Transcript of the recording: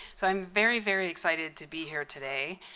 so i'm very, very excited to be here today.